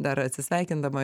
dar atsisveikindama